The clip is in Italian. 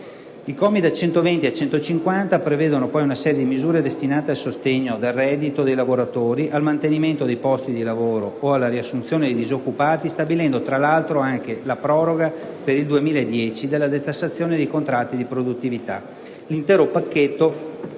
I commi da 120 a 150 prevedono poi una serie di misure destinate al sostegno del reddito dei lavoratori, al mantenimento dei posti di lavori o alla riassunzione di disoccupati stabilendo, tra l'altro, anche la proroga per il 2010 della detassazione dei contratti di produttività. Per l'intero "pacchetto